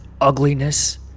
ugliness